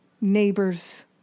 neighbor's